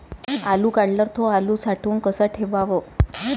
आलू काढल्यावर थो आलू साठवून कसा ठेवाव?